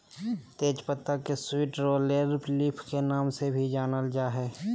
तेज पत्ता के स्वीट लॉरेल लीफ के नाम से भी जानल जा हइ